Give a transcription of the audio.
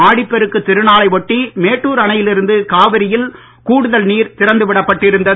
ஆடிப்பெருக்கு திருநாளை ஒட்டி மேட்டுர் அணையில் இருந்து காவிரியில் கூடுதல் நீர் திறந்துவிடப் பட்டிருந்தது